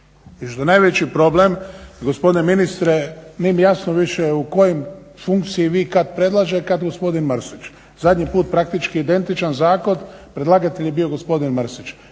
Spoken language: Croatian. I što je najveći problem gospodine ministre nije mi jasno više u kojoj funkciji vi kad predlažete, a kad gospodin Mrsić. Zadnji put praktički identičan zakon predlagatelj je bio gospodin Mrsić.